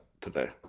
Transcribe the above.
today